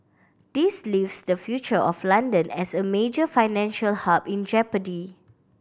this leaves the future of London as a major financial hub in jeopardy